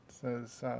Says